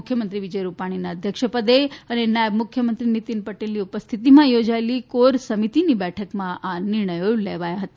મુખ્યમંત્રી વિજય રૂપાણીના અધ્યક્ષપદે અને નાયબ મુખ્યમંત્રી નીતીન પટેલની ઉપસ્થિતિમાં થોજાયેલી કોર સમિતીની બેઠકમાં આ નિર્ણયો લેવાયા હતા